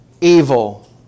evil